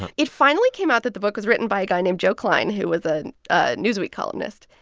it finally came out that the book was written by a guy named joe klein, who was ah a newsweek columnist.